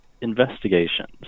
investigations